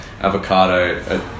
avocado